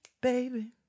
baby